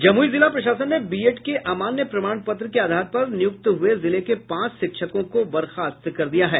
जमुई जिला प्रशासन ने बीएड के अमान्य प्रमाण पत्र के आधार पर नियुक्त हये जिले के पांच शिक्षकों को बर्खास्त कर दिया है